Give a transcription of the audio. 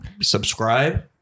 subscribe